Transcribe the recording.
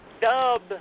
Dub